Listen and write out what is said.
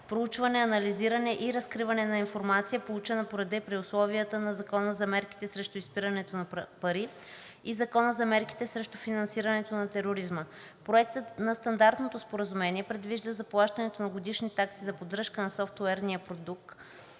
проучване, анализиране и разкриване на информация, получена по реда и при условията на Закона за мерките срещу изпирането на пари и Закона за мерките срещу финансирането на тероризма. Проектът на Стандартното споразумение предвижда заплащането на годишни такси за поддръжка на софтуерния продукт